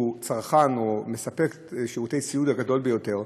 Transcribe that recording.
שהוא צרכן או מספק את שירותי הסיעוד הגדול ביותר,